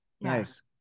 nice